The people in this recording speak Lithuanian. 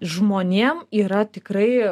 žmonėm yra tikrai